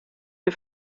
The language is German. die